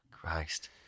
Christ